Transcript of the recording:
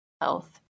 health